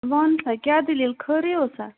وَن سا کیٛاہ دٔلیٖل خٲرٕے اوسا